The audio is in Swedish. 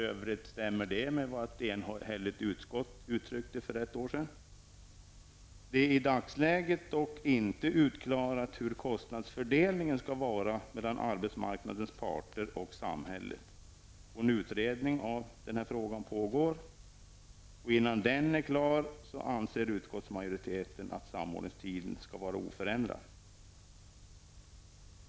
Detta stämmer för övrigt med vad ett enigt utskott uttryckte för ett år sedan. Det är i dagsläget inte utklarat hur kostnadsfördelningen skall vara mellan arbetsmarknadens parter och samhället. En utredning av frågan pågår. Innan den är klar anser utskottsmajoriteten att samordningstiden skall vara oförändrad.